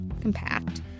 compact